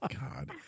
God